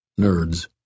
nerds